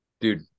Dude